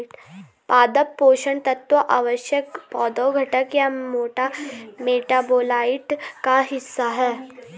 पादप पोषण तत्व आवश्यक पौधे घटक या मेटाबोलाइट का हिस्सा है